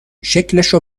شکلشو